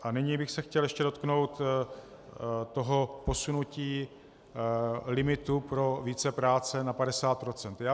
A nyní bych se chtěl ještě dotknout toho posunutí limitu pro vícepráce na 50 %.